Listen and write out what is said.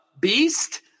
beast